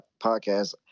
Podcast